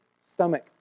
stomach